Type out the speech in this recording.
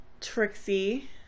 Trixie